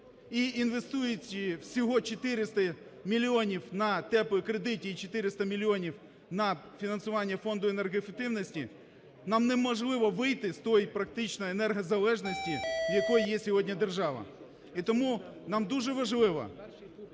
і інвестуючи всього 400 мільйонів на "теплі кредити" і 400 мільйонів на фінансування Фонду енергоефективності, нам не можливо вийти з тої практичної енергозалежності, в якій є сьогодні держава. І тому нам дуже важливо